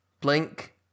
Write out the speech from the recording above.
Blink